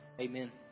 Amen